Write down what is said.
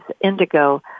indigo